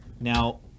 Now